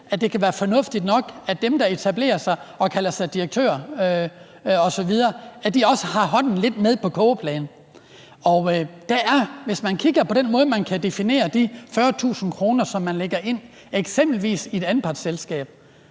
at det kan være fornuftigt nok, at dem, der etablerer sig og kalder sig direktører osv., også har hånden lidt på kogepladen. Hvis man kigger på den måde, man kan definere de 40.000 kr., man lægger ind i eksempelvis et anpartsselskab,